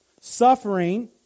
Suffering